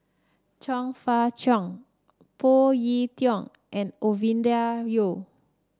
Chong Fah Cheong Phoon Yew Tien and Ovidia Yu